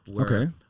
Okay